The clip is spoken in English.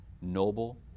noble